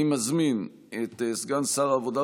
אני מזמין את סגן שר העבודה,